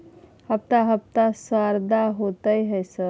हफ्ता हफ्ता शरदा होतय है सर?